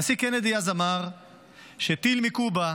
הנשיא קנדי אמר שטיל מקובה